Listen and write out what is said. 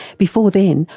before then,